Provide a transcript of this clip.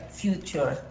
future